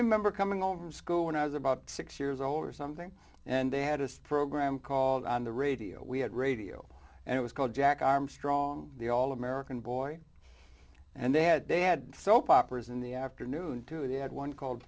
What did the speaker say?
remember coming home from school when i was about six years old or something and they had a program called on the radio we had radio and it was called jack armstrong the all american boy and they had they had soap operas in the afternoon two they had one called